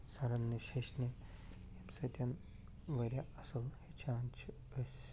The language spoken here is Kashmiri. سَرن نِش ہیٚچھِنہِ ییٚمہِ سۭتۍ وارِیاہ اَصٕل ہیٚچھان چھِ أسۍ